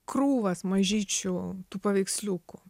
krūvas mažyčių tų paveiksliukų